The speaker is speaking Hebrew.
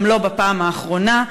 גם לא בפעם האחרונה,